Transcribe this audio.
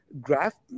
Graph